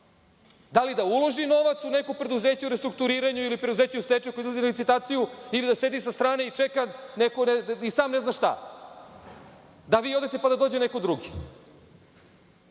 Da li da uložim novac u neko preduzeće u restrukturiranju ili u preduzeće u stečaju koje izlazi na licitaciju, ili da sedi sa strane i čeka i sam ne zna šta. Da vi odete pa da dođe neko drugi.